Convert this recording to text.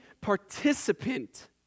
participant